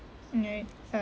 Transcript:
alright ya